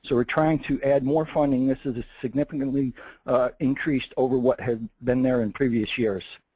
so we're trying to add more funding. this is significantly increased over what had been there in previous years.